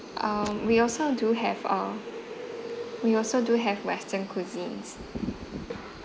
um we also do have a we also do have western cuisines